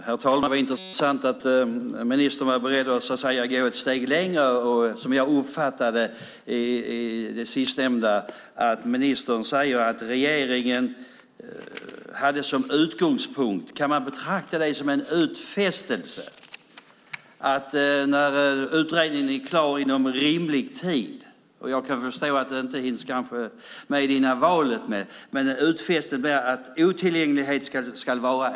Herr talman! Det var intressant att höra att ministern är beredd att gå ett steg längre. Kan man betrakta ministerns ord om regeringens utgångspunkt som en utfästelse om att otillgänglighet kommer att bli en diskrimineringsgrund inom rimlig tid efter det att utredningen är klar?